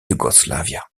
yugoslavia